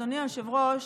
אדוני היושב-ראש,